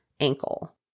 ankle